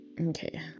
Okay